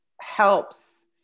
helps